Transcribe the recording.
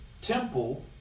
temple